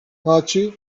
taçi